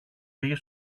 πήγε